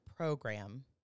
program